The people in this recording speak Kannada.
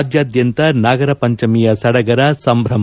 ರಾಜ್ತಾದ್ಯಂತ ನಾಗರ ಪಂಚಮಿಯ ಸಡಗರ ಸಂಭ್ಯಮ